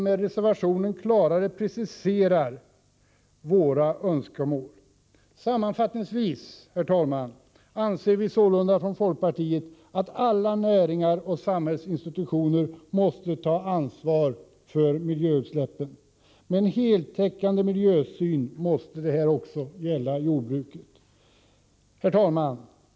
Med reservationen preciserar vi nu klarare våra önskemål. Sammanfattningsvis, herr talman, anser vi sålunda från folkpartiets sida att alla näringar och samhällsinstitutioner måste ta ansvar för miljöutsläppen. Med en heltäckande miljösyn måste detta också gälla jordbruket. Herr talman!